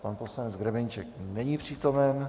Pan poslanec Grebeníček není přítomen.